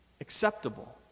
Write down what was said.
acceptable